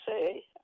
say